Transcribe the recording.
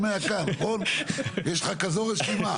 נושא רעידת אדמה והמוכנות הוא נושא שמאוד מדאיג אותי.